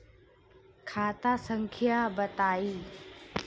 खाता संख्या बताई?